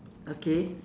okay